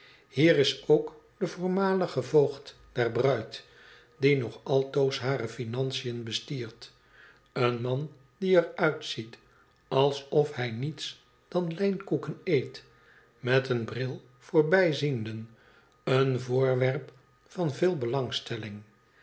hier is ook de voormalige voogd der bruid die nog altoos hare finantiën bestiert een man die er uitziet alsfhij niets dan lijnkoeken eet met een bril voor bijzienden een voorwerp van veel belangstelling